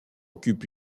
occupe